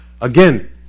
again